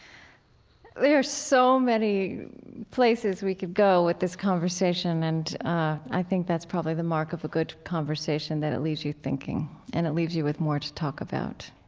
there's so many places we could go with this conversation, and i think that's probably the mark of a good conversation, that it leaves you thinking and it leaves you with more to talk about.